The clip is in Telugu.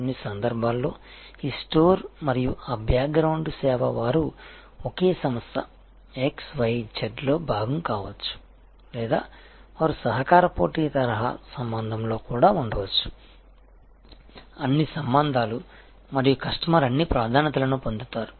కొన్ని సందర్భాల్లో ఈ స్టోర్ మరియు ఆ బ్యాక్ గ్రౌండ్ సేవ వారు ఒకే సంస్థ XYZ లో భాగం కావచ్చు లేదా వారు సహకార పోటీ తరహా సంబంధంలో కూడా ఉండవచ్చు అన్ని సంబంధాలు మరియు కస్టమర్ అన్ని ప్రాధాన్యతలను పొందుతారు